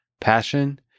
passion